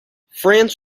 france